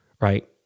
right